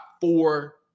four